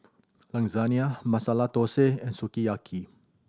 Lasagne Masala Dosa and Sukiyaki